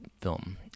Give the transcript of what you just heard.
film